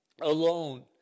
alone